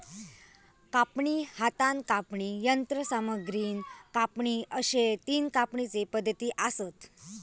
कापणी, हातान कापणी, यंत्रसामग्रीन कापणी अश्ये तीन कापणीचे पद्धती आसत